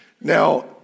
Now